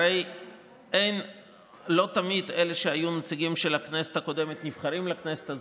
הרי לא תמיד אלה שהיו נציגים של הכנסת הקודמת נבחרים לכנסת הזאת,